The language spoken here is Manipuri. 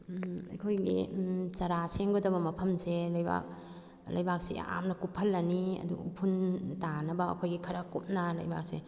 ꯑꯩꯈꯣꯏꯒꯤ ꯆꯥꯔꯥ ꯁꯦꯝꯒꯗꯕ ꯃꯐꯝꯁꯦ ꯂꯩꯕꯥꯛ ꯂꯩꯕꯥꯛꯁꯦ ꯌꯥꯝꯅ ꯀꯨꯞꯐꯜꯂꯅꯤ ꯑꯗꯨ ꯎꯐꯨꯟ ꯇꯥꯅꯕ ꯑꯩꯈꯣꯏꯒꯤ ꯈꯔ ꯀꯨꯞꯅ ꯂꯩꯕꯥꯛꯁꯦ